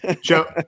Joe